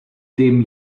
dem